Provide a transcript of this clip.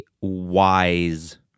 wise